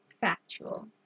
factual